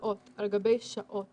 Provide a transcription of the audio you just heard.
שעות על גבי שעות